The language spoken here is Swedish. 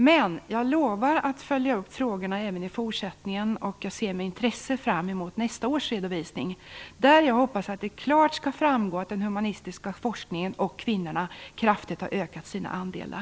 Men jag lovar att följa upp dessa frågor även i fortsättningen, och jag ser med intresse fram emot nästa årsredovisning där jag hoppas att det klart skall framgå att den humanistiska forskningen och kvinnorna kraftigt har ökat sina andelar.